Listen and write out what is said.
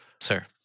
Sir